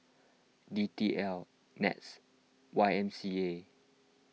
D T L NETS Y M C A